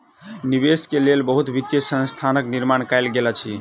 निवेश के लेल बहुत वित्तीय संस्थानक निर्माण कयल गेल अछि